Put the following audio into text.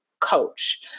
Coach